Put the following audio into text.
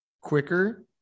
quicker